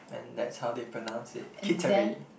and that's how they pronounce it Kittery